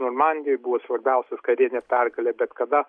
normandijoj buvo svarbiausias karinė pergalė bet kada